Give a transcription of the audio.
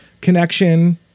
connection